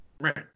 Right